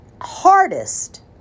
hardest